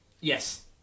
Yes